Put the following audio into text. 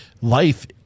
life